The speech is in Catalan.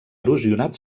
erosionat